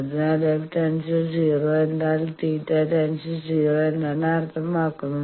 അതിനാൽ f → 0 എന്നാൽ θ→0 എന്നാണ് അർത്ഥമാക്കുന്നത്